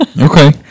okay